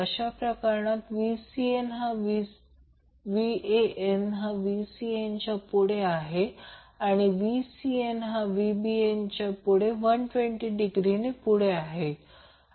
अशा प्रकरणात Van हा Vcn च्या पुढे आहे आणि Vcn हा Vbn च्या 120 डिग्रीने पुढे आहे